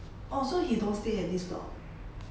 oh so he don't stay at this block